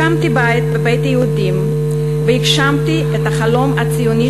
הקמתי בית בבית היהודים והגשמתי את החלום הציוני